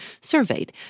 surveyed